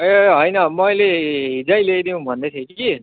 ए होइन मैले हिजै ल्याइदिउँ भन्दै थिएँ कि